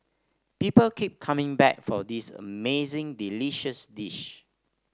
people keep coming back for this amazingly delicious dish